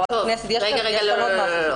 חברת הכנסת, יש כאן עוד משהו.